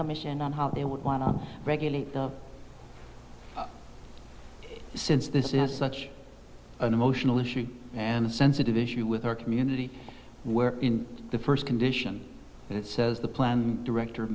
commission on how they would want to regulate the since this is such an emotional issue and a sensitive issue with our community where in the first condition it says the plan director